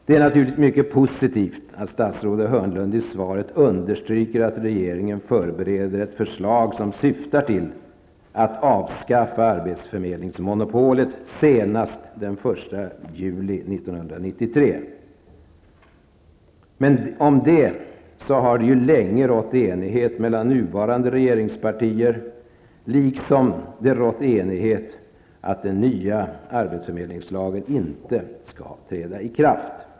Det är naturligtvis mycket positivt att statsrådet Hörnlund i svaret understryker att regeringen förbereder ett förslag som syftar till att avskaffa arbetsförmedlingsmonopolet senast den 1 juli 1993. Men om detta har det ju länge rått enighet mellan nuvarande regeringspartier, liksom det har rått enighet om att den nya arbetsförmedlingslagen inte skall träda i kraft.